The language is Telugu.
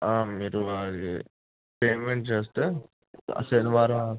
మీరు మా అది పేమెంట్ చేస్తే శనివారం